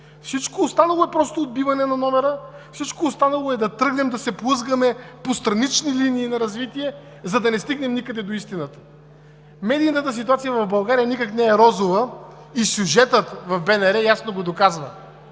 Всичко останало е просто отбиване на номера, всичко останало е да тръгнем да се плъзгаме по странични линии на развитие, за да не стигнем никъде до истината. Медийната ситуация в България никак не е розова и сюжетът в БНР ясно го доказва.